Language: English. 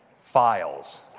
Files